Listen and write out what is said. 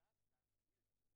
אז יש לך את הנתונים האלה.